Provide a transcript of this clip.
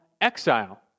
exile